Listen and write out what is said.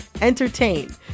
entertain